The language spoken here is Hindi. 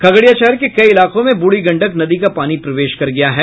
खगड़िया शहर के कई इलाकों में ब्रढ़ी गंडक नदी का पानी प्रवेश कर गया है